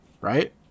right